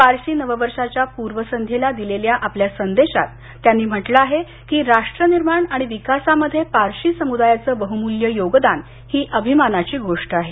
पारशी नव वर्षाच्या पूर्वसंध्येला दिलेल्या आपल्या संदेशात त्यांनी म्हटलं आहे की राष्ट्रनिर्माण आणि विकासामध्ये पारशी समुदायाचं बहुमूल्य योगदान ही अभिमानाची गोष्ट आहे